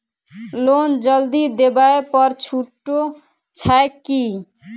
Loan जल्दी देबै पर छुटो छैक की?